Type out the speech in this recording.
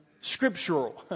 scriptural